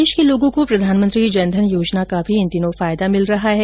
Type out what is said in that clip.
प्रदेश के लोगों को प्रधानमंत्री जनधन योजना का भी इन दिनों फायदा मिल रहा है